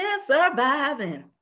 surviving